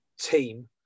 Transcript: team